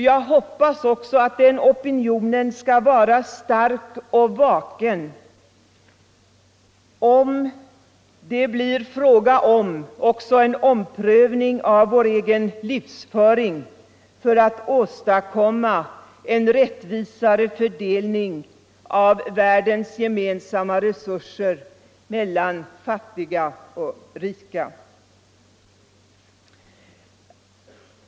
Jag hoppas också att den skall vara stark och vaken, även när det blir fråga om en omprövning av vår egen livsföring för att åstadkomma en rättvisare fördelning av världens gemensamma resurser mellan fattiga och rika.